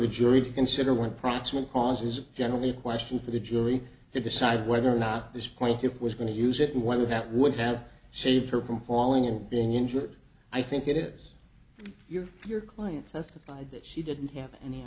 the jury to consider when proximate cause is generally a question for the jury to decide whether or not this point it was going to use it and whether that would have saved her from falling and being injured i think it is your your client testified that she didn't have any